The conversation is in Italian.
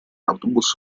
autobus